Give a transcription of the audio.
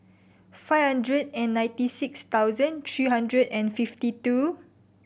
five hundred and ninety six thousand three hundred and fifty two